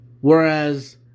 Whereas